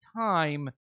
time